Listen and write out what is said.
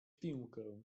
piłkę